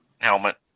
helmet